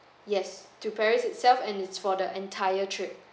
yes to paris itself and it's for the entire trip